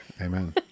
Amen